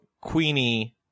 queenie